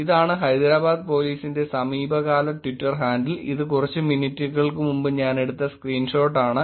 ഇതാണ് ഹൈദരാബാദ് പോലീസിന്റെ സമീപകാല ട്വിറ്റർ ഹാൻഡിൽ ഇത് കുറച്ച് മിനിറ്റുകൾക്ക് മുമ്പ് ഞാൻ എടുത്ത സ്ക്രീൻഷോട്ട് ആണ്